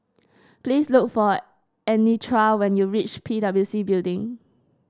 please look for Anitra when you reach P W C Building